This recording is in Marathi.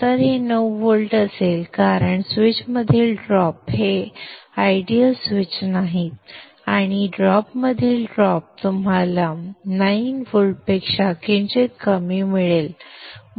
तर हे 9 व्होल्ट असेल कारण स्विचमधील ड्रॉप हे आदर्श स्विच नाहीत आणि डायोडमधील ड्रॉप तुम्हाला 9 व्होल्टपेक्षा किंचित कमी मिळतील